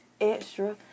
extra